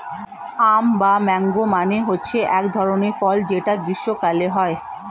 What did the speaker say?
আম বা ম্যাংগো মানে হচ্ছে এক ধরনের ফল যেটা গ্রীস্মকালে হয়